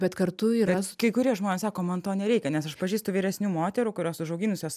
bet kartu yra kai kurie žmonės sako man to nereikia nes aš pažįstu vyresnių moterų kurios užauginusios